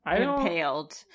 impaled